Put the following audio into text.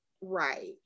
right